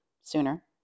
sooner